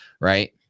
right